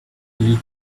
little